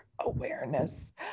awareness